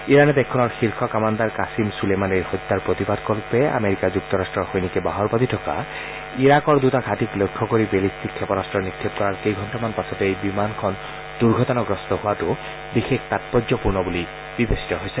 ইৰাণে দেশখনৰ শীৰ্ষ কামাণ্ডাৰ কাছিম চুলেমানিৰ হত্যাৰ প্ৰতিবাদকল্পে আমেৰিকা যুক্তৰাষ্ট্ৰৰ সৈনিকে বাহৰ পাতি থকা ইৰাকৰ দুটা ঘাটিক লক্ষ্য কৰি বেলিষ্টিক ক্ষেপণাস্ত্ৰ নিক্ষেপ কৰাৰ কেইঘণ্টামান পাছতে এই বিমানখন দুৰ্ঘটনাগ্ৰস্ত হোৱাটো বিশেষ তাৎপৰ্যপূৰ্ণ বুলি বিবেচিত হৈছে